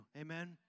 Amen